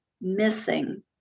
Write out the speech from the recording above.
missing